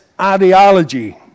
ideology